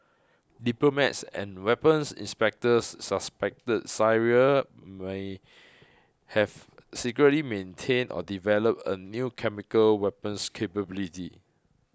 diplomats and weapons inspectors suspected Syria may have secretly maintained or developed a new chemical weapons capability